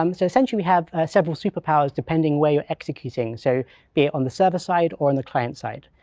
um so essentially, we have several superpowers depending where you're executing, so be it on the server side or on the client side.